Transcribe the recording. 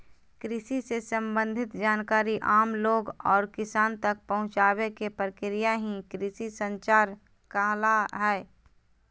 कृषि से सम्बंधित जानकारी आम लोग और किसान तक पहुंचावे के प्रक्रिया ही कृषि संचार कहला हय